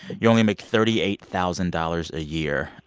you only make thirty eight thousand dollars a year.